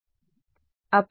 విద్యార్థి పొడవు